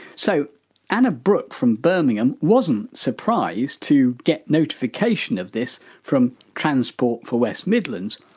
so anna brook from birmingham wasn't surprised to get notification of this from transport for west midlands.